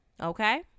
Okay